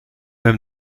hem